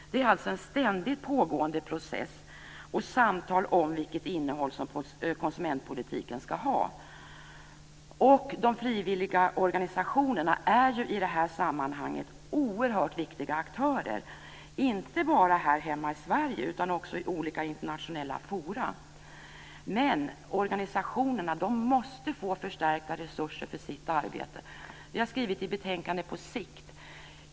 Det är alltså en ständigt pågående process, ett samtal om vilket innehåll konsumentpolitiken ska ha. De frivilliga organisationerna är i det här sammanhanget oerhört viktiga aktörer, inte bara här hemma i Sverige utan också i olika internationella forum. Men organisationerna måste få förstärkta resurser för sitt arbete. Vi har skrivit i betänkandet "på sikt".